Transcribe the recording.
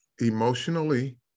emotionally